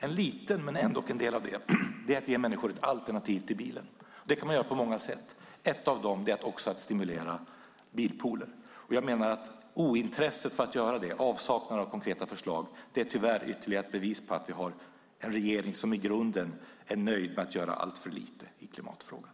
En liten men ändå en del av det är att ge människor ett alternativ till bilen. Det kan man göra på många sätt. Ett av dem är att stimulera bilpooler. Jag menar att ointresset för att göra det, avsaknaden av konkreta förslag, tyvärr är ytterligare ett bevis på att vi har en regering som i grunden är nöjd med att göra alltför lite i klimatfrågan.